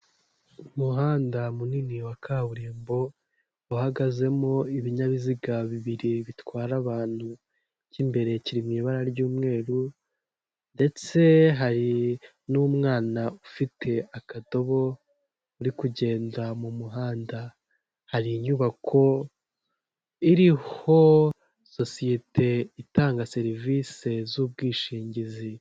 Umuhanda munini wa kaburimbo uhagazemo ibinyabiziga bibiri bitwara abantu, icy'imbere kiri mu ibara ry'umweru, ndetse hari n'umwana ufite akadobo uri kugenda mu muhanda, hari inyubako iriho sosiyete itanga serivisi z'ubwishingizi.